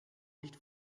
nicht